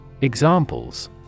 Examples